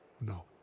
No